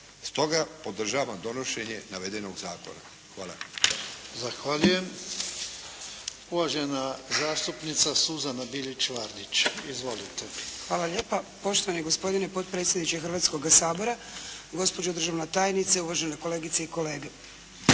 Stoga podržavam donošenje navedenog zakona. Hvala. **Jarnjak, Ivan (HDZ)** Zahvaljujem. Uvažena zastupnica Suzana Bilić Vardić. Izvolite! **Bilić Vardić, Suzana (HDZ)** Hvala lijepa poštovani gospodine potpredsjedniče Hrvatskoga sabora, gospođo državna tajnice, uvažene kolegice i kolege.